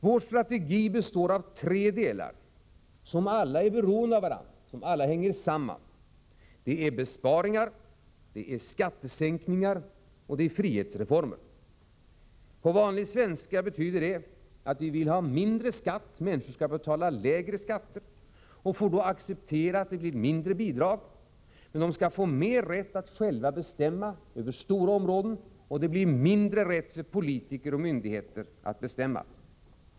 Vår strategi består av tre delar som alla är beroende av varandra och som hänger samman: besparingar, skattesänkningar och frihetsreformer. På vanlig svenska betyder det att vi vill att människorna skall betala lägre skatter. De får då acceptera att det blir mindre av bidrag. Men de skall ha ökad rätt att själva bestämma över stora områden, och det blir mindre rätt för politiker och myndigheter att bestämma.